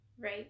Right